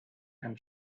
and